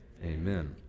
amen